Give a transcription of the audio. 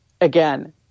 Again